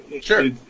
Sure